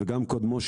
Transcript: וגם קודמו,